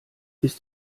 ist